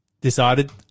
Decided